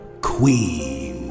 queen